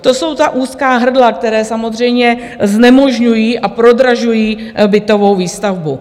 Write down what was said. To jsou ta úzká hrdla, která samozřejmě znemožňují a prodražují bytovou výstavbu.